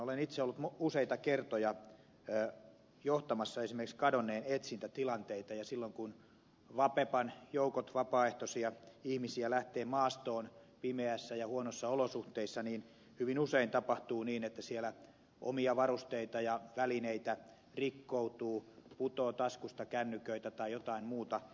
olen itse ollut useita kertoja johtamassa esimerkiksi kadonneen etsintätilanteita ja silloin kun vapepan joukot vapaaehtoiset ihmiset lähtevät maastoon pimeissä ja huonoissa olosuhteissa niin hyvin usein tapahtuu niin että siellä omia varusteita ja välineitä rikkoutuu putoaa taskusta kännyköitä tai jotain muuta